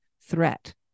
threat